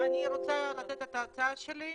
אני רוצה לתת את ההצעה שלי.